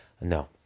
No